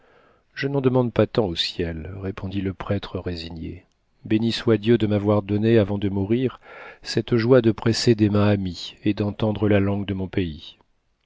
je n'en demande pas tant au ciel répondit le prêtre résigné béni soit dieu de m'avoir donné avant de mourir cette joie de presser des mains amies et d'entendre la langue de mon pays